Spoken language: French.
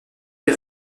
des